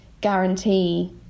guarantee